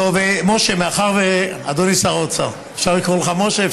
טוב, משה, אדוני שר האוצר, אפשר לקרוא לך משה?